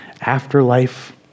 afterlife